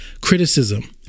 criticism